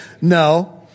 No